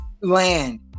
land